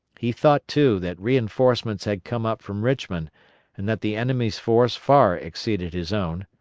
he thought, too, that reinforcements had come up from richmond and that the enemy's force far exceeded his own.